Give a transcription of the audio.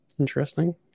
interesting